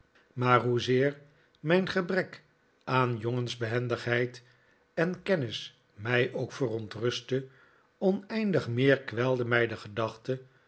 maar hoezeer mijn gebrek aan jongensbehendigheid en kennis mij ook verontrustte oneindig meer kwelde mij de gedachte